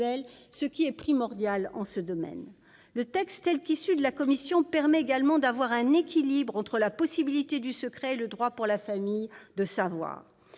ce qui est primordial en ce domaine. Le texte issu des travaux de la commission permet également de ménager un équilibre entre la possibilité du secret et le droit pour la famille de savoir.